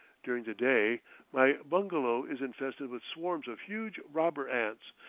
during the day my bungalow is infested with swarms of huge robber ants,